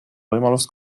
võimalust